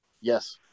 Yes